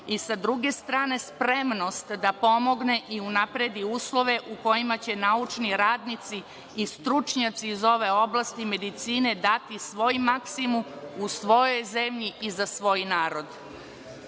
i, sa druge strane, spremnost da pomogne i unapredi uslove u kojima će naučni radnici i stručnjaci iz ove oblasti medicine dati svoj maksimum, u svojoj zemlji i za svoj narod. Što